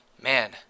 man